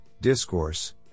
discourse